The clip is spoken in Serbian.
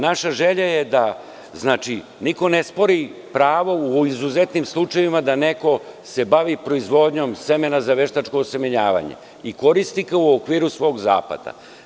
Naša želja je, niko ne spori pravo u izuzetnim slučajevima da se neko bavi proizvodnjom semena za veštačko osemenjavanje i koristi ga u okviru svog zahvata.